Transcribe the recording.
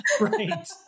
right